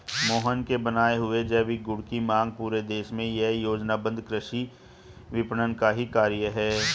मोहन के बनाए हुए जैविक गुड की मांग पूरे देश में यह योजनाबद्ध कृषि विपणन का ही कार्य है